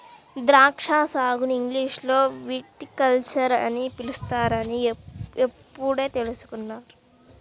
ద్రాక్షా సాగుని ఇంగ్లీషులో విటికల్చర్ అని పిలుస్తారని ఇప్పుడే తెల్సుకున్నాను